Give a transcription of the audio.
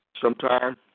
sometime